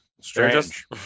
Strange